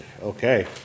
Okay